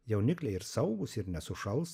jaunikliai ir saugūs ir nesušals